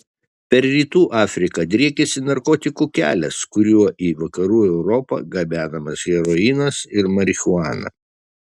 per rytų afriką driekiasi narkotikų kelias kuriuo į vakarų europą gabenamas heroinas ir marihuana